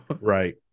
Right